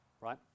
right